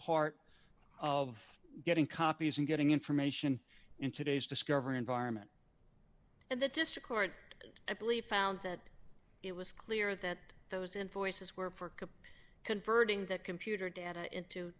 part of getting copies and getting information in today's discovery environment and the district court i believe found that it was clear that those influences were for converting that computer data into